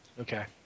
Okay